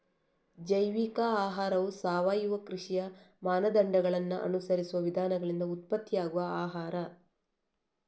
ಜೈವಿಕ ಆಹಾರವು ಸಾವಯವ ಕೃಷಿಯ ಮಾನದಂಡಗಳನ್ನ ಅನುಸರಿಸುವ ವಿಧಾನಗಳಿಂದ ಉತ್ಪತ್ತಿಯಾಗುವ ಆಹಾರ